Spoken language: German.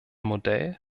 modell